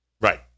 Right